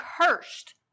cursed